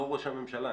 לא ראש הממשלה.